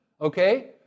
okay